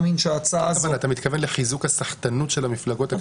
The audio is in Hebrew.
אתה מתכוון לחיזוק הסחטנות של המפלגות הקטנות?